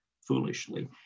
foolishly